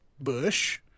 bush